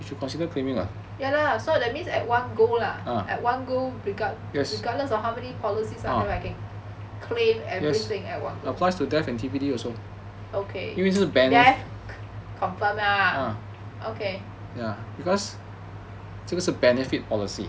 ya lah so that means at one go lah one go regardless of how many policies are lacking I can claim everything at one go okay death confirm lah okay